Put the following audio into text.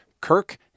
Kirk